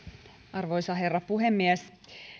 arvoisa herra puhemies